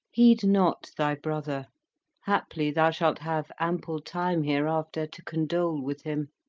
heed not thy brother haply thou shalt have ample time hereafter to condole with him.